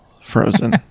frozen